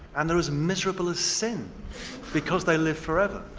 and they're as miserable as sin because they live forever.